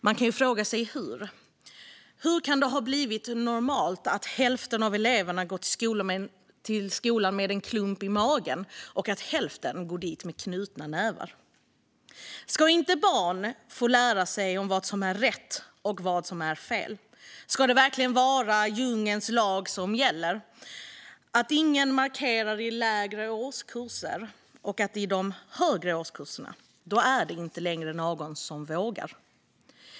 Man kan fråga sig hur det kan ha blivit normalt att hälften av eleverna går till skolan med en klump i magen och hälften går dit med knutna nävar. Ska inte barn få lära sig vad som är rätt och vad som är fel? Ska det verkligen vara så att djungelns lag gäller, att ingen markerar i lägre årskurser och att det i de högre årskurserna inte längre är någon som vågar?